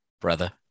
brother